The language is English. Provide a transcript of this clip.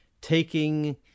taking